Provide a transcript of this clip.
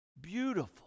beautiful